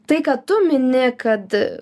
tai ką tu mini kad